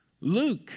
Luke